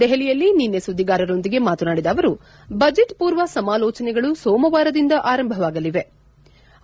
ದೆಹಲಿಯಲ್ಲಿ ನಿನ್ನೆ ಸುದ್ವಿಗಾರರೊಂದಿಗೆ ಮಾತನಾಡಿದ ಅವರು ಬಜೆಟ್ ಪೂರ್ವ ಸಮಾಲೋಚನೆಗಳು ಸೋಮವಾರದಿಂದ ಆರಂಭವಾಗಲಿವೆ ಎಂದರು